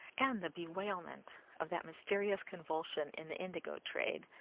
and the bewailment of that mysterious convulsion in the indigo trade,